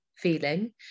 feeling